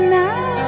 now